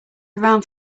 around